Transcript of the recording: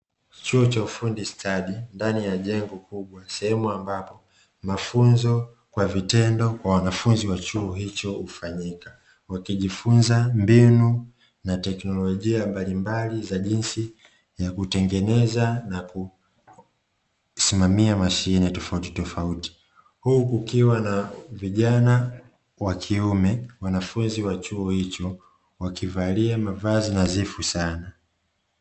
Chuo cha ufundi stadi, ndani ya jengo kubwa sehemu ambapo mafunzo kwa vitendo kwa wanafunzi wa chuo hicho ufanyika. Wakijifunza mbinu na teknolojia mbalimbali za jinsi ya kutengeneza na kusimamia mashine tofautitofauti, huku kukiwa na vijana wa kiume wanafunzi wa chuo hicho wakivalia mavazi na nadhifu sana.